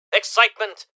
excitement